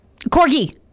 Corgi